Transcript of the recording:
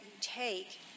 take